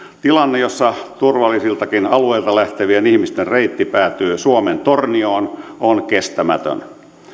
tilanne jossa turvallisiltakin alueilta lähtevien ihmisten reitti päätyy suomen tornioon on kestämätön